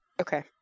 Okay